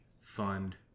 fund